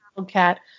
cat